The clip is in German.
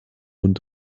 und